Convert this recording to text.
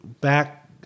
back